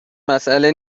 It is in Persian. مسئله